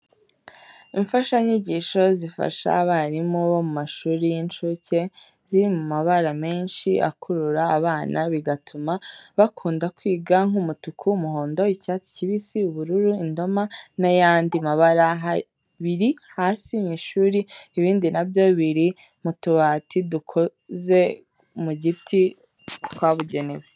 Imfashanyigisho zifasha abarimu bo mu mashuri y'incuke, ziri mu mabara menshi akurura abana bigatuma bakunda kwiga nk'umutuku, umuhondo, icyatsi kibisi, ubururu, idoma n'ayandi mabara biri hasi mu ishuri. Ibindi na byo biri mu tubati dukoze mu giti twabugenewe.